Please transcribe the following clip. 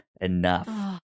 enough